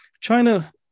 China